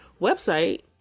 website